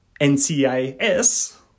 NCIS